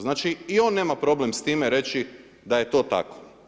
Znači i on nema problem s time reći da je to tako.